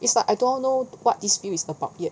it's like don't know what this field is about yet